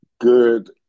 Good